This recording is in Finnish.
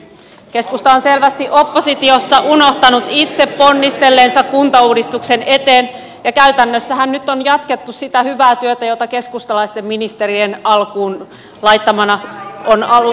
keskusta on selvästi oppositiossa unohtanut itse ponnistelleensa kuntauudistuksen eteen ja käytännössähän nyt on jatkettu sitä hyvää työtä jota keskustalaisten ministerien alkuun laittamana on alkuun pantu